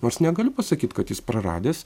nors negaliu pasakyt kad jis praradęs